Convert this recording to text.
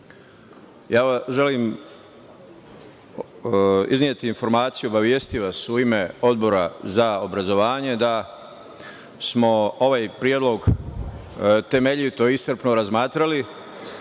želim izneti informaciju i obavestiti vas u ime Odbora za obrazovanja da smo ovaj predlog temeljito, iscrpno razmatrali